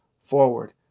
forward